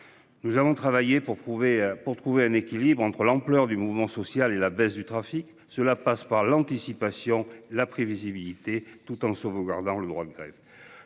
Nous avons travaillé pour trouver un équilibre entre l'ampleur du mouvement social et la baisse du trafic. Cela passe par une meilleure anticipation et plus de prévisibilité, tout en préservant le droit de grève.